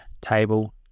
table